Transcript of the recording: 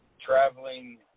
traveling